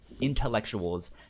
intellectuals